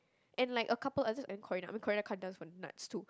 and like a couple I just Corina I mean Corina can't dance for nuts too